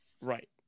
right